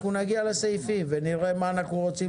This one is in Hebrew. אנחנו נגיע לסעיפים ונראה מה אנחנו רוצים